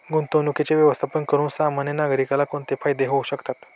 गुंतवणुकीचे व्यवस्थापन करून सामान्य नागरिकाला कोणते फायदे होऊ शकतात?